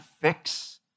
fix